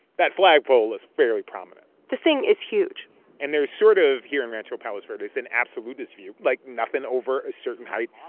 that flagpole is fairly prominent this thing is huge and there's sort of here in rancho palos verdes an absolutist view, like nothing over a certain height.